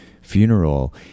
funeral